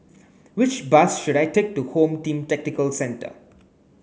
which bus should I take to Home Team Tactical Centre